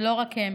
ולא רק הם.